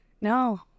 no